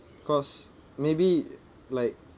cause maybe like